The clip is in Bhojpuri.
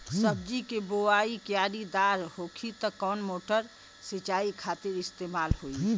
सब्जी के बोवाई क्यारी दार होखि त कवन मोटर सिंचाई खातिर इस्तेमाल होई?